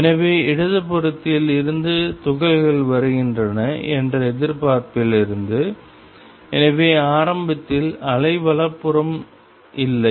எனவே இடதுபுறத்தில் இருந்து துகள்கள் வருகின்றன என்ற எதிர்பார்ப்பிலிருந்து எனவே ஆரம்பத்தில் அவை வலப்புறம் இல்லை